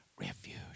refuge